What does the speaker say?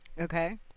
Okay